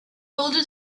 older